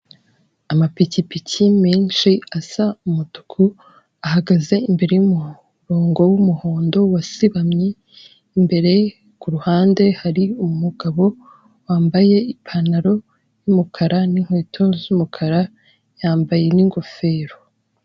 Amapikipiki menshi asa umutuku ahagaze imbere y'umurongo w'umuhondo wasibamye, imbere ku ruhande hari umugabo wambaye ipantaro y'umukara n'inkweto z'umukara yambaye n'ingofero.